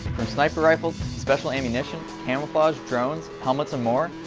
from sniper rifles, special ammunition, camouflages, drones, helmets and more!